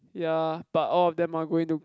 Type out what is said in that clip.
ya but all of them are going to